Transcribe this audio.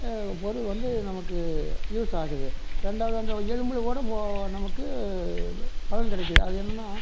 பொருள் வந்து நமக்கு யூஸ் ஆகுது ரெண்டாவது அந்த எலும்புல கூட போ நமக்கு பலன் கிடைக்கிது அது என்னன்னா